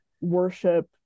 worship